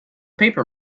paper